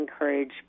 encourage